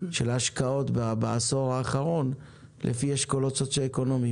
על השקעות בעשור האחרון לפי אשכולות סוציו-אקונומיים,